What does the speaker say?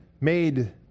made